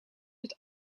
het